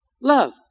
love